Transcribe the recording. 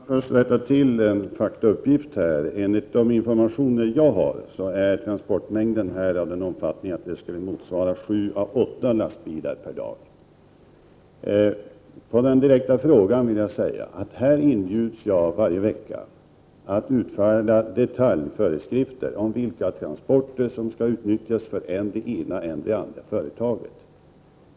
Herr talman! Jag vill först rätta en faktauppgift. Enligt den information som jag har fått är transportmängden av den omfattningen att den motsvarar sju-åtta lastbilar per dag. På den direkta frågan vill jag svara följande. Jag ombeds varje vecka att utfärda detaljföreskrifter om vilka transporter som skall utnyttjas för än det ena och än det andra företaget.